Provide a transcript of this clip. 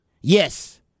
Yes